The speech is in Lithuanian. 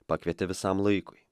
pakvietė visam laikui